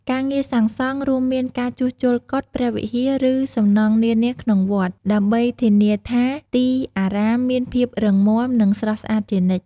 ការងារសាងសង់ រួមមានការជួសជុលកុដិ ព្រះវិហារ ឬសំណង់នានាក្នុងវត្ត ដើម្បីធានាថាទីអារាមមានភាពរឹងមាំ និងស្រស់ស្អាតជានិច្ច។